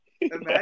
Imagine